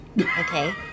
okay